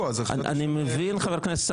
אין לי בעיה שתהיה לכולם,